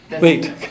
wait